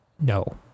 No